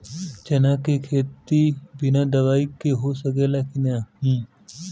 चना के खेती बिना दवाई के हो सकेला की नाही?